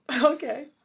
Okay